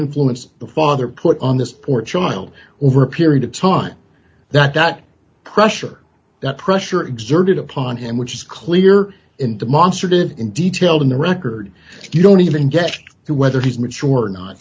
influence the father put on this poor child or a period of time that that pressure that pressure exerted upon him which is clear in demonstrative in detail in the record you don't even get to whether he's mature or not